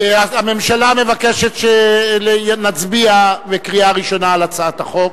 הממשלה מבקשת שנצביע בקריאה ראשונה על הצעת החוק,